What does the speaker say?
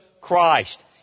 Christ